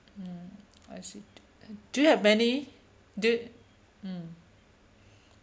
mm I see do you have many do you mm